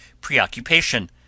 preoccupation